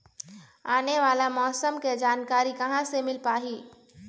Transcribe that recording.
आने वाला मौसम के जानकारी कहां से मिल पाही?